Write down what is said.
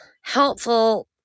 helpful